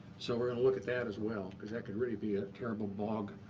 so we're going to look at that, as well. because that could really be a terrible bog.